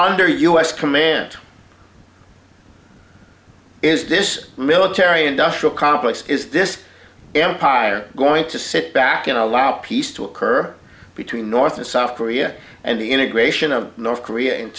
under u s command is this military industrial complex is this empire going to sit back and allow peace to occur between north and south korea and the integration of north korea